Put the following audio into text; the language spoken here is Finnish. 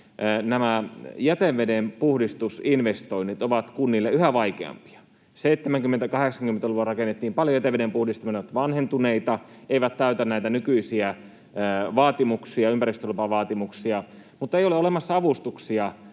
nämä jäteveden puhdistusinvestoinnit ovat kunnille yhä vaikeampia. 70—80‑luvuilla rakennettiin paljon jätevedenpuhdistamoita, jotka ovat vanhentuneita, eivät täytä näitä nykyisiä ympäristölupavaatimuksia, mutta ei ole olemassa avustuksia.